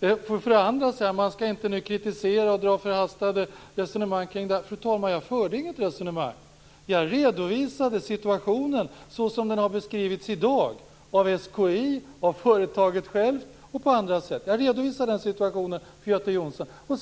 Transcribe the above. Sedan säger han att man inte skall kritisera och föra förhastade resonemang. Fru talman! Jag förde inget resonemang. Jag redovisade situationen såsom den har beskrivits i dag av SKI, av företaget självt och på andra sätt. Jag redovisar den situationen för Göte Jonsson.